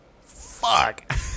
Fuck